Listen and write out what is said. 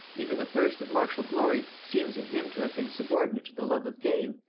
even the thirst of martial glory seems in him to have been subordinate to the love of gain,